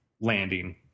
landing